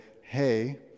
hey